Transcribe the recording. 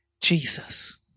Jesus